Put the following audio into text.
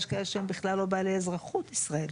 יש כאלה שהם בכלל לא בעלי אזרחות ישראלית.